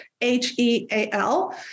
H-E-A-L